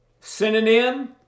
synonym